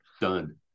done